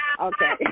Okay